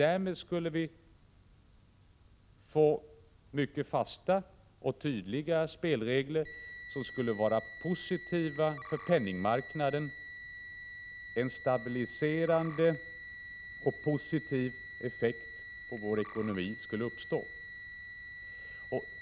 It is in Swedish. Därmed skulle vi få mycket fasta och tydliga spelregler, som skulle vara positiva för penningmarknaden. En stabiliserande och positiv effekt på vår ekonomi skulle uppstå.